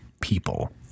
people